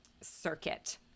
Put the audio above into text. circuit